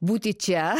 būti čia